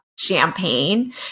Champagne